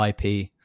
ip